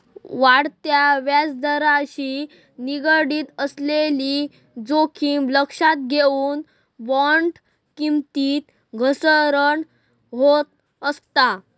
वाढत्या व्याजदराशी निगडीत असलेली जोखीम लक्षात घेऊन, बॉण्ड किमतीत घसरण होत असता